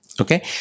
Okay